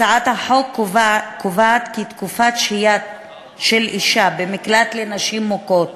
הצעת החוק קובעת כי תקופת שהייה של אישה במקלט לנשים מוכות